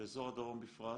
ובאזור הדרום בפרט,